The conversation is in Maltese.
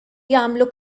jagħmlu